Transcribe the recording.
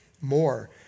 more